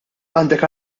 għandek